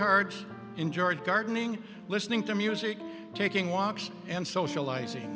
cards enjoyed gardening listening to music taking walks and socializing